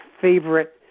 favorite